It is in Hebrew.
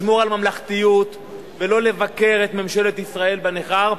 לשמור על ממלכתיות ולא לבקר את ממשלת ישראל בנכר.